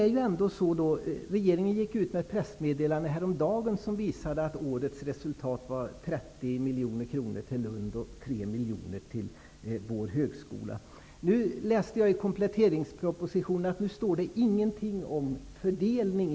Regeringen gick häromdagen ut med ett pressmeddelande som visade att årets resultat var 30 miljoner kronor till Lund och 3 miljoner till vår högskola. I kompletteringspropositionen står det ingenting om fördelningen.